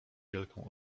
wielką